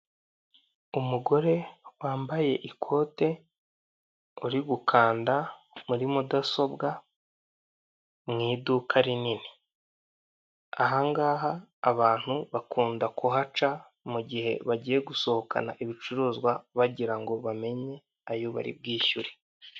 Umugore wambaye ikote uri gukanda muri mudasobwa mu iduka rinini, ahangaha abantu bakunda kuhaca mugihe bagiye gusohokana ibicuruzwa bagira ngo bamenye ayo bari bwishyure.